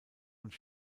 und